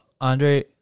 Andre